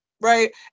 right